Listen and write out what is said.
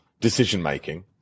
decision-making